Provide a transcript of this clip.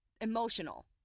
emotional